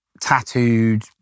tattooed